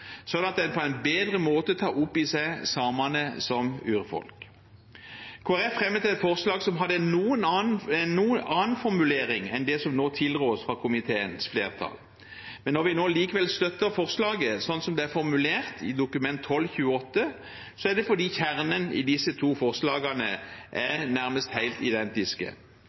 sånn at den på en bedre måte tar opp i seg samene som urfolk. Kristelig Folkeparti fremmet et forslag som hadde en noe annen formulering enn det som nå tilrås fra komiteens flertall. Når vi nå likevel støtter forslaget slik det er formulert i Dokument 12:28 for 2015–2016, er det fordi kjernen i disse to forslagene er nærmest helt identiske.